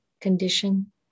condition